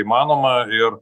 įmanoma ir